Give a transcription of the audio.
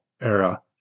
era